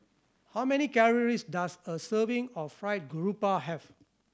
how many calories does a serving of Fried Garoupa have